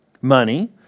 money